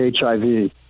HIV